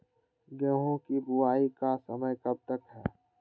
गेंहू की बुवाई का समय कब तक है?